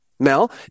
Mel